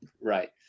Right